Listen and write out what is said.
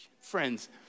Friends